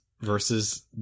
versus